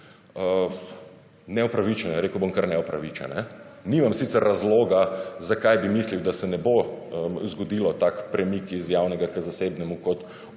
neupravičene, rekel bom kar neopravičene, nimam sicer razloga zakaj bi mislil, da se ne bo zgodil tak premik iz javnega k zasebnemu kot